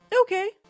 Okay